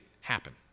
happen